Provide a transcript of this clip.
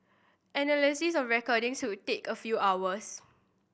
analysis of recordings would take a few hours